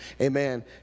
amen